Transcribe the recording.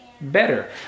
better